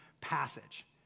passage